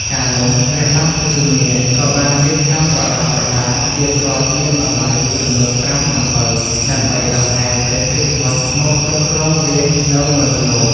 កាលនោះ ព្រះបាទភុជង្គនាគក៏បានរៀបចំប្រដាប់ប្រដា ជាទ្រព្យមានតម្លៃចំនួនប្រាំសំពៅ ដើម្បីដង្ហែព្រះរាជបុត្រមកគ្រប់គ្រងរាជ្យនៅមនុស្សលោក ។